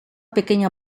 pequeña